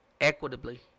equitably